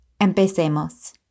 Empecemos